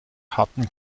hatten